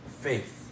faith